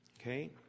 Okay